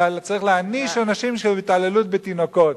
אלא צריך להעניש אנשים על התעללות בתינוקות.